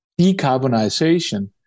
decarbonization